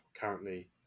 currently